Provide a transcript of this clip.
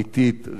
רצינית,